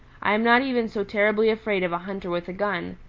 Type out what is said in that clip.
i am not even so terribly afraid of a hunter with a gun.